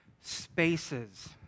spaces